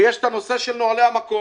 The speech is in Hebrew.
ויש את הנושא של נהלי המקום.